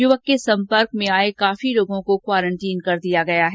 युवक के सम्पर्क में आए काफी लोगों को क्वारेंटीन कर दिया गया है